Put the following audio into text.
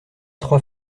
trois